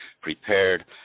prepared